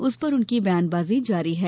उस पर उनकी बयानबाजी जारी है